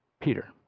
Peter